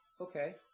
okay